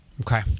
Okay